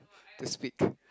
to speak